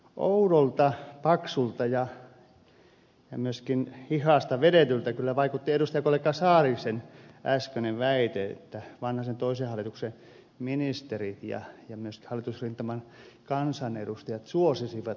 oudolta paksulta ja myöskin hihasta vedetyltä kyllä vaikutti edustajakollega saarisen äskeinen väite että vanhasen toisen hallituksen ministerit ja myös hallitusrintaman kansanedustajat suosisivat harmaata taloutta